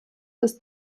des